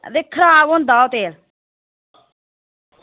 ते खराब होंदा ओह् तेल